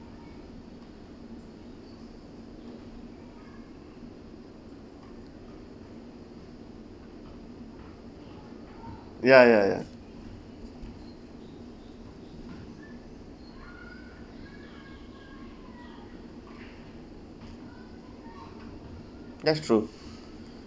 ya ya ya that's true